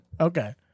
Okay